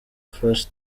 flash